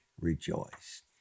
rejoice